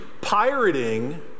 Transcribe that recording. pirating